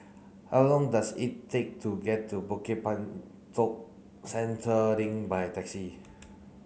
how long does it take to get to Bukit Batok Central Link by taxi